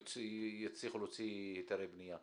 יצליחו להוציא היתרי בניה.